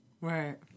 right